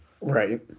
Right